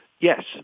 Yes